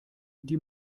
die